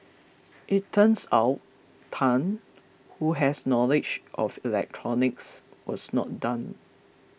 it turns out Tan who has knowledge of electronics was not done